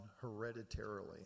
hereditarily